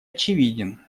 очевиден